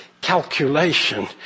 calculation